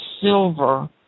silver